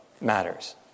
matters